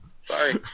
Sorry